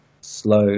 slow